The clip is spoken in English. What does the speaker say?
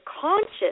conscious